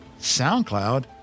SoundCloud